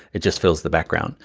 it just fills the background.